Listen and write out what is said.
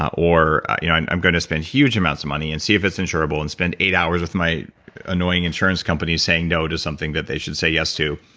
or you know i'm i'm going to spend huge amounts of money and see if it's insurable, and spend eight hours with my annoying insurance company saying no to something that they should yes to.